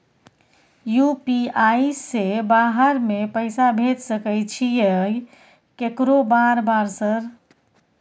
UPI से बाहर में पैसा भेज सकय छीयै केकरो बार बार सर?